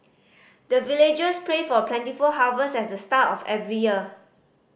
the villagers pray for plentiful harvest at the start of every year